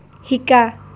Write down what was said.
শিকা